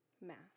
math